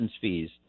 fees